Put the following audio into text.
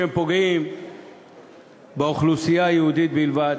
שהם פוגעים באוכלוסייה היהודית בלבד.